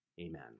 Amen